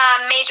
Major